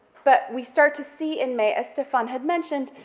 but we start to see in may, as stephane had mentioned,